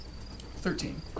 Thirteen